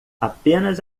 apenas